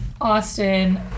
Austin